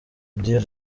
dieu